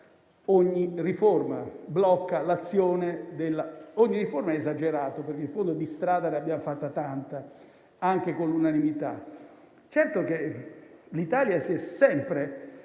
(dire che blocca ogni riforma è esagerato, perché in fondo di strada ne abbiamo fatta tanta, anche con l'unanimità). Certo che l'Italia si è sempre